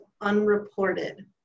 unreported